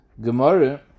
Gemara